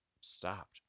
stopped